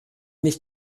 nicht